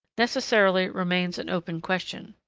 necessarily remains an open question